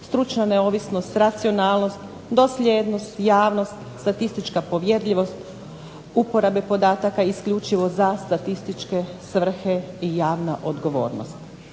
stručna neovisnost, racionalnost, dosljednost, javnost, statistička povjerljivost uporabe podataka isključivo za statističke svrhe i javna odgovornost.